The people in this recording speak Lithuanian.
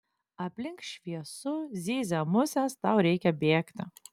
aplink šviesu zyzia musės tau reikia bėgti